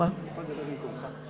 אני יכול לדבר במקומך?